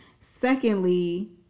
Secondly